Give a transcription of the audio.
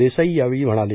देसाई यावेळी म्हणाले